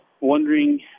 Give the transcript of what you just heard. wondering